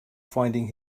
finding